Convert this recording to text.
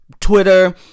Twitter